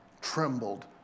trembled